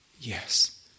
yes